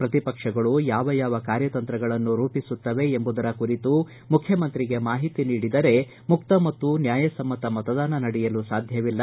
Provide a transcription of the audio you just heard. ಪ್ರತಿ ಪಕ್ಷಗಳು ಯಾವ ಯಾವ ಕಾರ್ಯತಂತ್ರಗಳನ್ನು ರೂಪಿಸುತ್ತವೆ ಎಂಬುದರ ಕುರಿತು ಮುಖ್ಯಮಂತ್ರಿಗೆ ಮಾಹಿತಿ ನೀಡಿದರೆ ಮುಕ್ತ ಮತ್ತು ನ್ಯಾಯಸಮ್ಮತ ಮತದಾನ ನಡೆಯಲು ಸಾಧ್ಯವಿಲ್ಲ